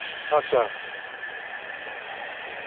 अच्छा चलो